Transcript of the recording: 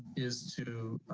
is to